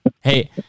Hey